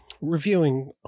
reviewing